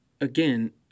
Again